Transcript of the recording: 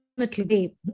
ultimately